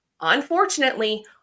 unfortunately